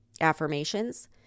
affirmations